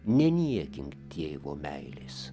neniekink tėvo meilės